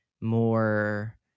more